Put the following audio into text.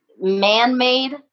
man-made